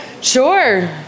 Sure